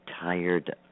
tired